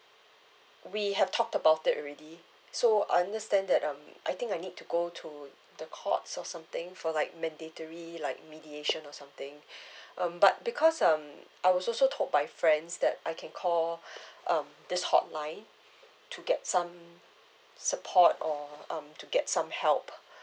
we have talked about it already so understand that um I think I need to go to the courts or something for like mandatory like mediation or something um but because um I was also told by friends that I can call um this hotline to get some support or um to get some help